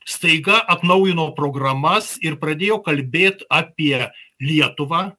staiga atnaujino programas ir pradėjo kalbėt apie lietuvą